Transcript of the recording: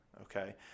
okay